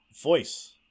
voice